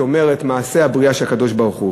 שאומר את מעשי הבריאה של הקדוש-ברוך-הוא.